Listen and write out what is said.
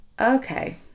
okay